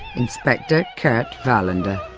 inspector kurt wallander.